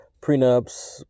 prenups